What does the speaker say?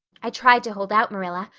i tried to hold out, marilla.